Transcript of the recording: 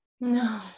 no